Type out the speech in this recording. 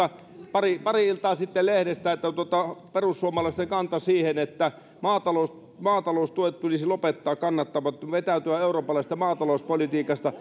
pari pari iltaa sitten lehdestä seuraavan kannanoton perussuomalaisten kanta on että maataloustuet tulisi lopettaa kannattamattomina ja vetäytyä eurooppalaisesta maatalouspolitiikasta